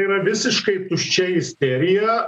yra visiškai tuščia isterija